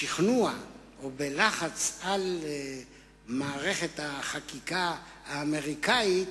בשכנוע או בלחץ על מערכת החקיקה האמריקנית,